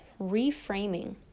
reframing